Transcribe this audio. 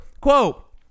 Quote